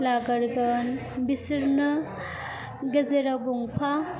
लाग्रोगोन बिसोरनो गेजेराव गंफा